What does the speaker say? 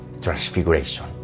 transfiguration